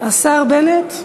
השר בנט,